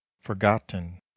forgotten